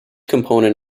component